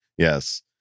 Yes